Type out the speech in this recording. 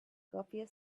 coffee